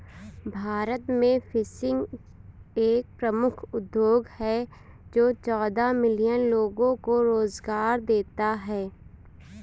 भारत में फिशिंग एक प्रमुख उद्योग है जो चौदह मिलियन लोगों को रोजगार देता है